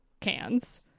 cans